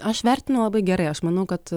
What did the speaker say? aš vertinu labai gerai aš manau kad